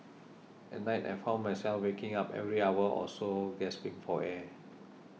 at night I found myself waking up every hour or so gasping for air